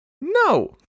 No